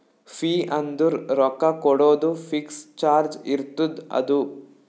fee ಅಂದುರ್ ರೊಕ್ಕಾ ಕೊಡೋದು ಫಿಕ್ಸ್ ಚಾರ್ಜ್ ಇರ್ತುದ್ ಅದು